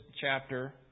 chapter